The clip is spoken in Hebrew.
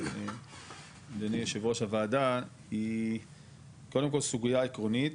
אדוני יושב ראש הוועדה היא קודם כל סוגיה עקרונית,